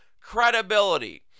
credibility